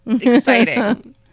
exciting